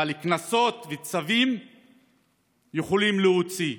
אבל קנסות וצווים יכולים להוציא.